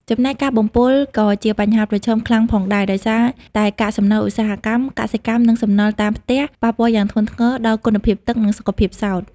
ចំណែក ការបំពុលក៏ជាបញ្ហាប្រឈមខ្លាំងផងដែរ ដោយសារតែកាកសំណល់ឧស្សាហកម្ម កសិកម្ម និងសំណល់តាមផ្ទះ ប៉ះពាល់យ៉ាងធ្ងន់ធ្ងរដល់គុណភាពទឹក និងសុខភាពផ្សោត។